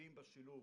לתלמידים בשילוב.